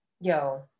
Yo